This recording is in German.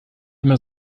immer